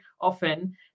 often